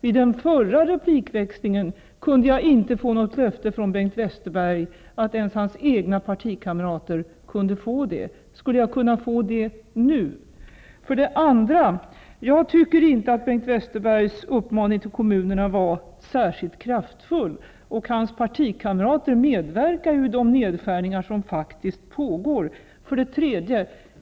I den förra replikväxlingen kunde jag inte få något löfte från Bengt Westerberg om detta. Kan jag få det nu? Jag tycker inte att Bengt Westerbergs uppmaning till kommunerna var särskilt kraftfull, och hans partikamrater medverkar ju i de nedskärningar som faktiskt pågår.